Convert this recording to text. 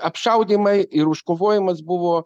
apšaudymai ir užkovojimas buvo